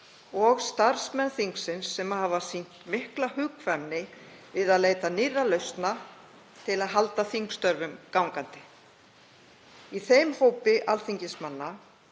og starfsmenn þingsins sem hafa sýnt mikla hugkvæmni við að leita nýrra lausna til að halda þingstörfum gangandi. Í þeim hópi alþingismanna